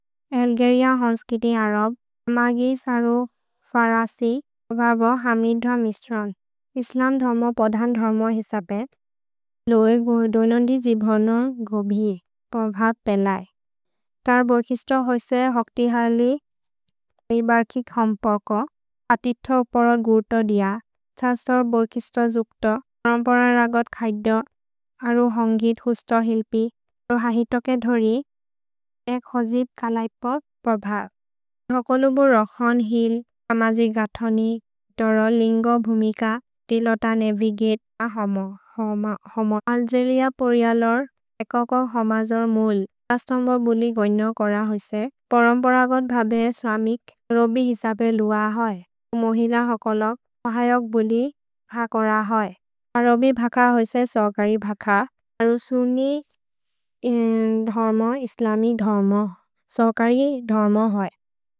अल्गेरिअ, होन्स्किति अरब्, मगिस् अरु फरसि, भब हमिद्र मिश्रन् इस्लम् धर्म पधन् धर्म हेसबेत् लोइ दोइनोन्दि। जिभोन गोभि पर्भात् पेलै तर् बोर्खिस्तो होइसे हक्ति हलि भिर्बर्कि खम् पर्को अतिथ उपर गुर्तो दिअ छ्हस्तोर् बोर्खिस्तो। जुक्तो तरम्पर रगत् खय्द अरु हन्गिद् हुस्तो हिल्पि अरु हन्गितोके धोरि एक् होजिब् कलैपद् पर्भात् हकोलुबो रोखोन्। हिल् अमजि गथनिक् तर लिन्गो भुमिक तिलोत नेवि गित् अल्गेरिअ पोरियलोर् एकोको होमजोर् मुल् छ्हस्तोम्बो बुलि गोय्नो। कोर होइसे परम्परगत् भबे स्वमिक् रोबि हेसबे लुअ होये मोहिल हकोलोग् सहयोग् बुलि ख कोर होये अरोबि भक होइसे। सोगरि भक अरु सुनि धोर्मो इस्लमि धोर्मो सोगरि धोर्मो होये।